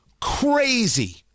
Crazy